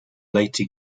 leyte